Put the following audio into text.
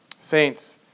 Saints